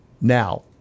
Now